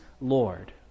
Lord